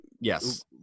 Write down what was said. Yes